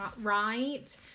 Right